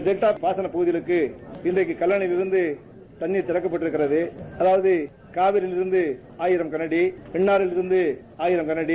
delta பாசனப் பகுதிகளுக்கு இன்றைக்கு கல்லனையிலிருந்து தண்ணீர் திறக்கப்பட்டுள்ளது அதாவது கூவிரியிலிருந்து ஆயிரம் கன அடி வெண்ணாறிலிருந்து ஆயிரம் கள அடி